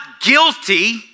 guilty